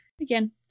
again